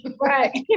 right